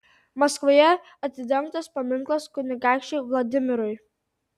maskvoje atidengtas paminklas kunigaikščiui vladimirui